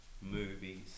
Movies